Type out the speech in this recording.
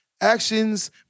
actions